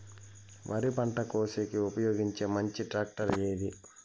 వరి పంట కోసేకి ఉపయోగించే మంచి టాక్టర్ ఏది?